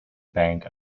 bank